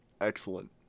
Excellent